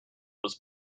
was